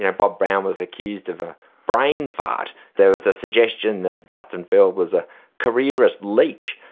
and bob brown was accused of a brain fart, there was a suggestion that justin field was a careerist leech,